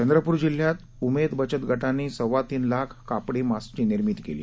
चंद्रपूर जिल्ह्यात उमेद बचत गटांनी सव्वा तीन लाख कापडी मास्कची निर्मिती केली